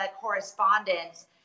correspondence